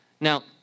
Now